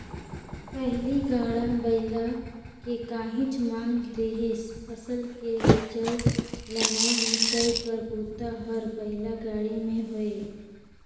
पहिली गाड़ा बइला के काहेच मांग रिहिस फसल के लेजइ, लनइ, मिसई कर बूता हर बइला गाड़ी में होये